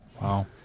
Wow